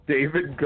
David